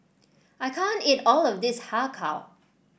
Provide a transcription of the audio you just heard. I can't eat all of this Har Kow